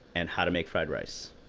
and how to make fried rice.